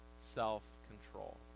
self-control